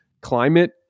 climate